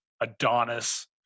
Adonis